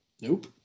Nope